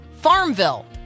Farmville